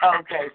Okay